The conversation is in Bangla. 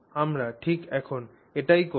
আমরা ঠিক এখন এটিই করব